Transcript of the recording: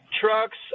trucks